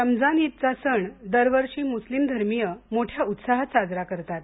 रमजान ईदचा सण दरवर्षी मुस्लिम धर्मीय मोठ्या उत्साहात साजरा करतात